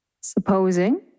Supposing